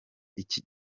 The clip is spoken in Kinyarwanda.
iki